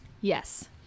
Yes